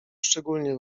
szczególnie